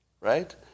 Right